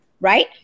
right